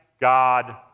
God